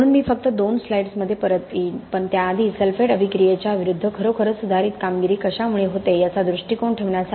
म्हणून मी फक्त दोन स्लाईड्समध्ये परत येईन पण त्याआधी सल्फेट अभिक्रियेच्या विरूद्ध खरोखरच सुधारित कामगिरी कशामुळे होते याचा दृष्टीकोन ठेवण्यासाठी